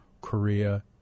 Korea